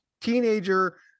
teenager